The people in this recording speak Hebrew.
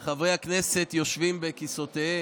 חברי הכנסת יושבים בכיסאותיהם.